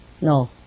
No